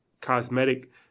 cosmetic